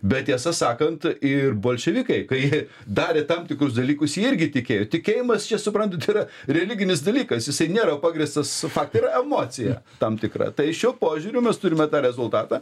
bet tiesą sakant ir bolševikai kai darė tam tikrus dalykus jie irgi tikėjo tikėjimas čia suprantat yra religinis dalykas jisai nėra pagrįstas faktu yra emocija tam tikra tai šiuo požiūriu mes turime tą rezultatą